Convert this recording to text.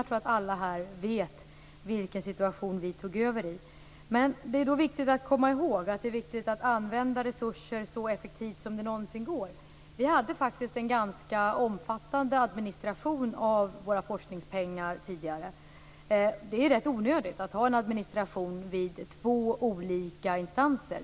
Jag tror att alla här vet vilken situation som rådde då vi tog över. Men man bör därför komma ihåg att det är viktigt att använda resurser så effektivt det någonsin går. Vi hade faktiskt tidigare en ganska omfattande administration av våra forskningspengar. Det är rätt onödigt att ha en administration vid två olika instanser.